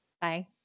Bye